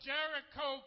Jericho